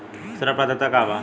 ऋण पात्रता का बा?